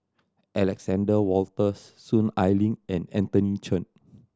Alexander Wolters Soon Ai Ling and Anthony Chen